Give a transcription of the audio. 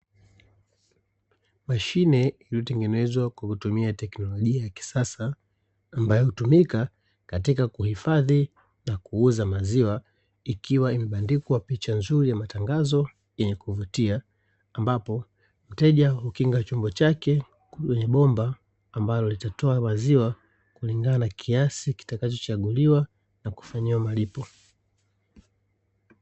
Mashine iliyotengenezwa kwakutumia teknolojia ya kisasa, ambayo hutumika katika kuhifadhi na kuuza maziwa, ikiwa imebandikwa picha nzuri ya matangazo yenye kuvutia, ambapo mteja hukinga chombo chake kwenye bomba ambalo litatoa maziwa, kulingana na kiasi kitakacho chaguliwa na kufanyiwa malipo.